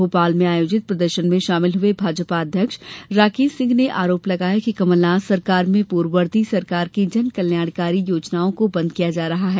भोपाल में आयोजित प्रदर्शन में शामिल हए भाजपा अध्यक्ष राकेष सिंह ने आरोप लगाया कि कमलनाथ सरकार में पूर्ववर्ती सरकार की जनकल्याण की योजनाओं को बंद किया जा रहा है